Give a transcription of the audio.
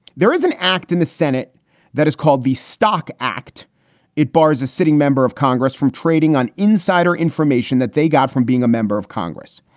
there is an act in the senate that is called the stock act it bars a sitting member of congress from trading on insider information that they got from being a member of congress.